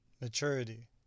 maturity